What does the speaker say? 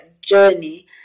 journey